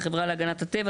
"החברה להגנת הטבע",